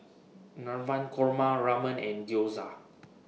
Navratan Korma Ramen and Gyoza